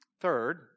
Third